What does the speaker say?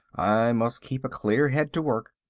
i must keep a clear head to work,